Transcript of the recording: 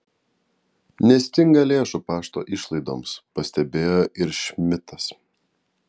nestinga lėšų pašto išlaidoms pastebėjo ir šmidtas